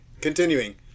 continuing